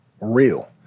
real